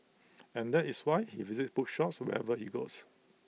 and that is why he visits bookshops wherever he goes